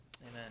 amen